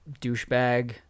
douchebag